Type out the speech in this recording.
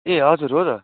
ए हजुर हो त